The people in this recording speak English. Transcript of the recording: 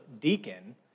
deacon